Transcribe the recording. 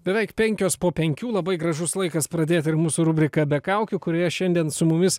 beveik penkios po penkių labai gražus laikas pradėti ir mūsų rubriką be kaukių kurioje šiandien su mumis